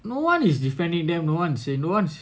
no one is defending them no one is say no one is